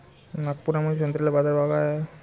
नागपुरामंदी संत्र्याले बाजारभाव काय हाय?